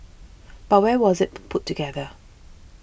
but where was it put put together